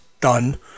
done